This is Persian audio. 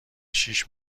شیش